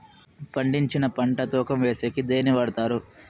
పండించిన పంట తూకం వేసేకి దేన్ని వాడతారు?